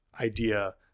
idea